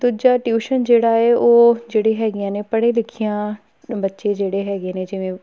ਦੂਜਾ ਟਿਊਸ਼ਨ ਜਿਹੜਾ ਹੈ ਉਹ ਜਿਹੜੇ ਹੈਗੀਆਂ ਨੇ ਪੜ੍ਹੇ ਲਿਖੀਆਂ ਬੱਚੇ ਜਿਹੜੇ ਹੈਗੇ ਨੇ ਜਿਵੇਂ